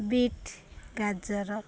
beet ଗାଜର